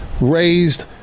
raised